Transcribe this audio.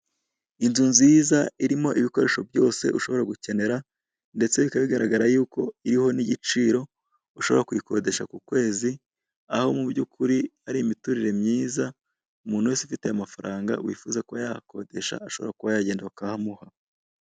Inzu nziza irimo ibikoresho byose ushobora gukenera ndetse bikaba bigaragara yuko iriho n'igiciro ushobora kuyikodesha ku kwezi, aho mu by'ukuri ari imiturire myiza. Umuntu wese ufite ayo mafaranga wifuza kuba yahakodesha ashobora kugenda bakahamuha.